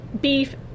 beef